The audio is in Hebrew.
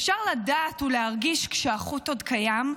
אפשר לדעת ולהרגיש כשהחוט עוד קיים,